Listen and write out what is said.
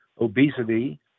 obesity